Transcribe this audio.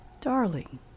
Darling